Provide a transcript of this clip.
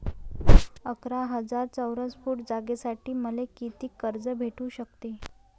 अकरा हजार चौरस फुट जागेसाठी मले कितीक कर्ज भेटू शकते?